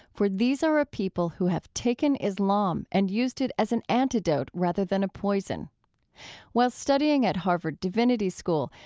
for these are a people who have taken islam and used it as an antidote rather than a poison while studying at harvard divinity school,